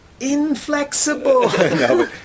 inflexible